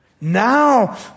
Now